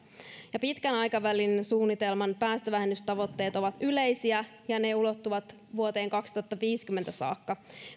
pitkän aikavälin suunnitelman päästövähennystavoitteet ovat yleisiä ja ne ulottuvat vuoteen kaksituhattaviisikymmentä saakka